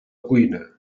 cuina